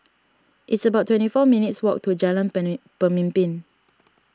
it's about twenty four minutes' walk to Jalan Pemimpin